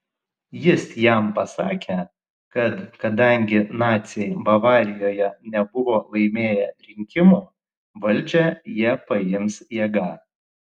jis jam pasakė kad kadangi naciai bavarijoje nebuvo laimėję rinkimų valdžią jie paims jėga